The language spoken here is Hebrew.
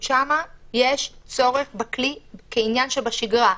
שם יש צורך בכלי כעניין שבשגרה.